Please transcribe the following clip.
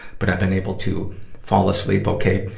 but i've been able to fall asleep okay.